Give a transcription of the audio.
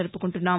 జరుపుకుంటున్నాం